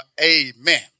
amen